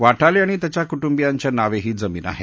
वाटाली आणि त्याच्या कुटुंबियांच्या नावे ही जमीन आहे